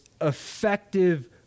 effective